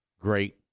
great